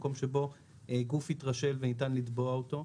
מקום שבו גוף התרשל וניתן לתבוע אותו.